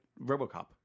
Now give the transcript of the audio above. RoboCop